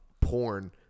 porn